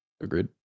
Agreed